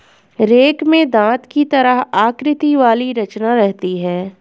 rake में दाँत की तरह आकृति वाली रचना रहती है